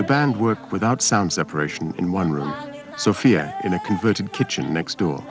the band work without sound separation in one room sophia in a converted kitchen next door